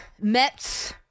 Mets